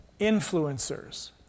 influencers